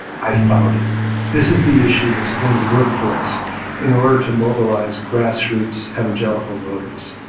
i found it this is the issue that's going to work for us in order to mobilize grassroots evangelical voters